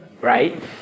right